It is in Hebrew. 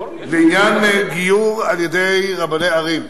לעניין גיור על-ידי רבני ערים,